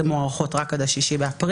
מוארכות רק עד ה-6 באפריל.